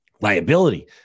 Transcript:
liability